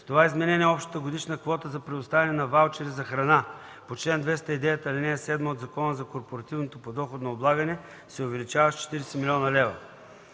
С това изменение общата годишна квота за предоставяне на ваучери за храна по чл. 209, ал. 7 от Закона за корпоративното подоходно облагане се увеличава с 40,0 млн. лв.